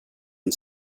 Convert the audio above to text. and